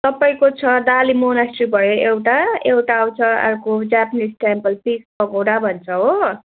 तपाईँको छ डाली मोनास्ट्री भयो एउटा एउटा आउँछ अर्को जापानिस टेम्पल पिस पगोडा भन्छ हो